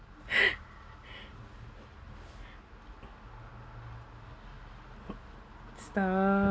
stop